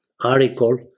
article